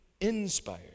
inspired